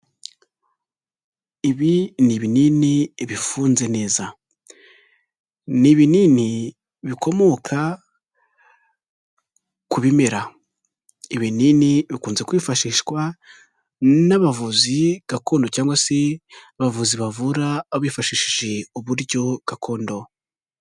Ibi ni binini bifunze neza, ni ibinini bikomoka ku bimera, ibinini bikunze kwifashishwa n'abavuzi gakondo cyangwa se abavuzi bavura bifashishije uburyo gakondo.